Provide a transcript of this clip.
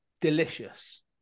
delicious